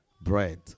bread